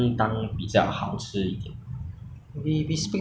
uh you know you got go the the bugis the